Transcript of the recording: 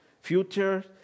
Future